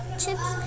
chips